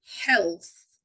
health